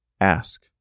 ask